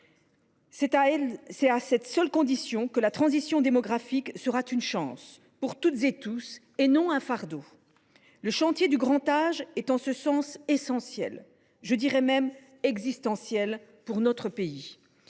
C’est à cette seule condition que la transition démographique sera une chance pour tous et non un fardeau. En ce sens, le chantier du grand âge est essentiel, je dirais même existentiel, pour notre pays.